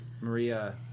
Maria